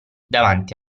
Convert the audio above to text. davanti